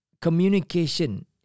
communication